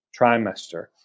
trimester